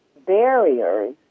Barriers